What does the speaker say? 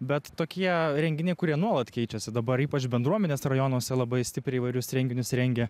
bet tokie renginiai kurie nuolat keičiasi dabar ypač bendruomenės rajonuose labai stipriai įvairius renginius rengia